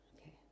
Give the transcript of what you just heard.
okay